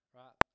right